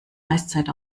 eiszeit